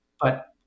But-